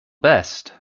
best